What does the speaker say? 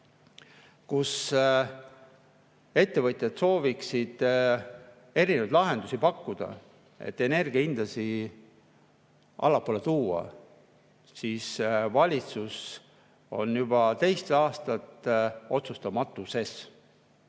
kus ettevõtjad sooviksid erinevaid lahendusi pakkuda, et energia hindasid allapoole tuua, aga valitsus on juba teist aastat otsustamatuses